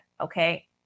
okay